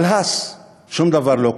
אבל הס, שום דבר לא קורה.